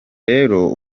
rero